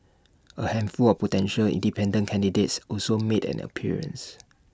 A handful of potential independent candidates also made an appearance